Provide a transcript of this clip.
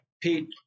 Pete